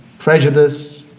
prejudice,